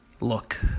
look